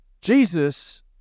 Jesus